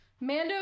Mando